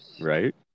Right